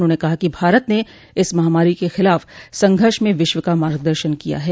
उन्होंने कहा कि भारत ने इस महामारी के खिलाफ संघर्ष में विश्व का मार्गदर्शन किया है